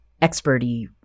expert-y